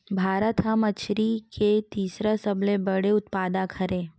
भारत हा मछरी के तीसरा सबले बड़े उत्पादक हरे